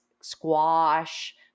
squash